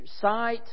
Sight